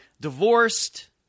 divorced